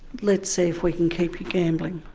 let's see if we can keep you gambling.